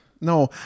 No